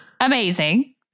amazing